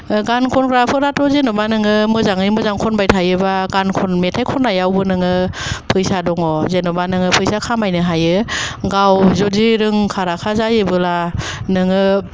ओ गान खनग्राफोराथ' जेन'बा नोङो मोजाङै मोजां खनबाय थायोब्ला गान खन मेथाइ खननायावबो नोङो फैसा दङ जेन'बा नोङो फैसा खामायनो हायो गाव जुदि रोंखा राखा जायोब्ला नोङो